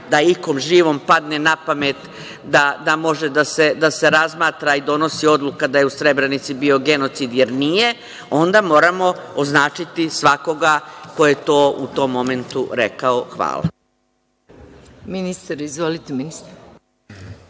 da ikom živom padne napamet da može da se razmatra i donosi odluka da je u Srebrenici bio genocid, jer nije, onda moramo označiti svakoga ko je to u tom momentu rekao. Hvala.